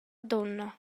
dunna